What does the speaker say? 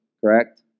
correct